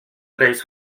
reis